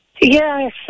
Yes